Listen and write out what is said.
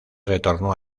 retornó